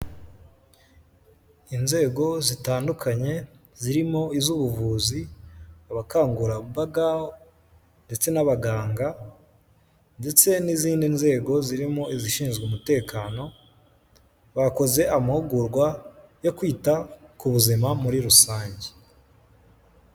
Inzego zitandukanye zirimo iz'ubuvuzi, abakangurambaga ndetse n'abaganga ndetse n'izindi nzego zirimo izishinzwe umutekano, bakoze amahugurwa yo kwita ku buzima muri rusange.